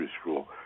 School